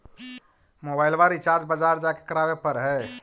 मोबाइलवा रिचार्ज बजार जा के करावे पर है?